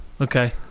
Okay